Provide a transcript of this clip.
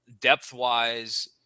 Depth-wise